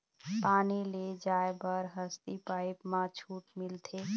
पानी ले जाय बर हसती पाइप मा छूट मिलथे?